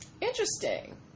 Interesting